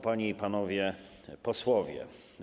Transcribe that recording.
Panie i Panowie Posłowie!